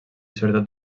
sobretot